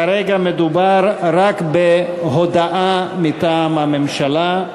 כרגע מדובר רק בהודעה מטעם הממשלה.